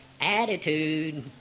Attitude